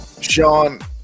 Sean